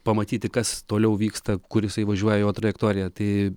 pamatyti kas toliau vyksta kur jisai važiuoja jo trajektorija tai